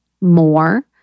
more